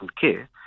care